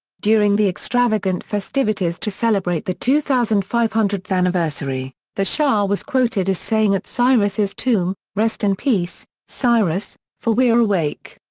during the extravagant festivities to celebrate the two thousand five hundredth anniversary, the shah was quoted as saying at cyrus's tomb rest in peace, cyrus, for we are awake.